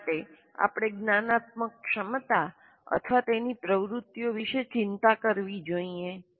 શા માટે આપણે જ્ઞાનાત્મક ક્ષમતા અથવા તેનીપ્રવૃત્તિઓ વિશે ચિંતા કરવી જોઈએ